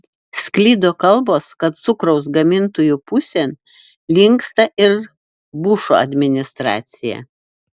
sklido kalbos kad cukraus gamintojų pusėn linksta ir bušo administracija